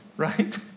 Right